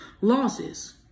losses